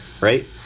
Right